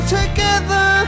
together